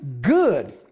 Good